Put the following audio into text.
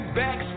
back